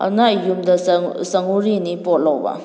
ꯑꯗꯨꯅ ꯑꯩ ꯌꯨꯝꯗ ꯆꯪꯂꯨꯔꯤꯅꯤ ꯄꯣꯠ ꯂꯧꯕ